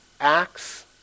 Acts